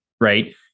right